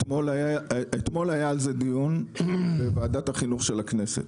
אתמול היה על זה דיון בוועדת החינוך של הכנסת.